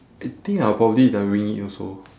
I think I'll probably the wing it also